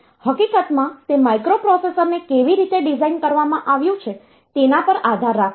હકીકતમાં તે માઇક્રોપ્રોસેસરને કેવી રીતે ડિઝાઇન કરવામાં આવ્યું છે તેના પર આધાર રાખે છે